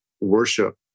worship